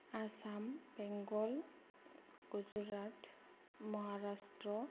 Assam Bengal Gujarat Maharashtra'